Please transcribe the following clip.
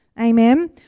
Amen